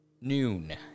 noon